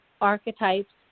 archetypes